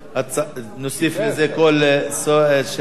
נוסיף לזה, 16. את הקול של חבר הכנסת דודו רותם,